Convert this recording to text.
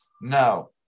No